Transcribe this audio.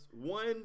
one